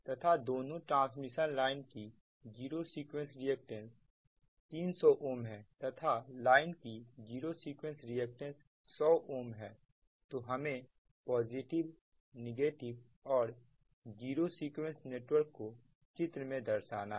तथा दोनों transmission line की जीरो सीक्वेंस रिएक्टेंस 300 Ω है तथा लाइन की जीरो सीक्वेंस रिएक्टेंस 100 Ω है तो हमें पॉजिटिव नेगेटिव और जीरो सीक्वेंस नेटवर्क को चित्र में दर्शाना है